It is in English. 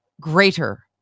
greater